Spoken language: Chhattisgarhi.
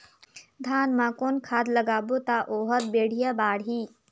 धान मा कौन खाद लगाबो ता ओहार बेडिया बाणही?